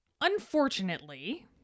Unfortunately